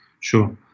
sure